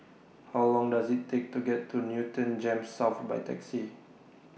How Long Does IT Take to get to Newton Gems South By Taxi